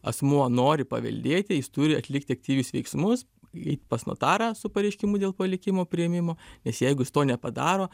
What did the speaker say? asmuo nori paveldėti jis turi atlikti aktyvius veiksmus eit pas notarą su pareiškimu dėl palikimo priėmimo nes jeigu jis to nepadaro